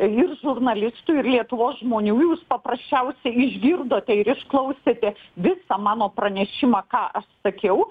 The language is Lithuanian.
ir žurnalistų ir lietuvos žmonių jūs paprasčiausiai išgirdote ir iš klausėtės visą mano pranešimą ką aš sakiau